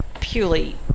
purely